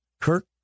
Kirk